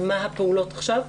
מה הפעולות עכשיו?